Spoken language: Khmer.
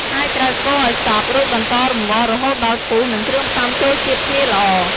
ហើយត្រូវកូរឱ្យសព្វ រួចបន្តរំងាស់រហូតដល់ពុះ និងគ្រឿងផ្សំចូលជាតិគ្នាល្អ។